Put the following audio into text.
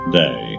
day